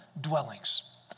dwellings